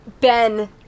ben